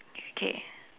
K